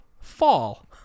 fall